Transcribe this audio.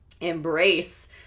embrace